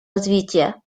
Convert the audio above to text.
развития